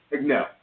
No